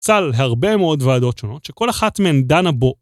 הרבה מאוד ועדות שונות שכל אחת מהן דנה בו.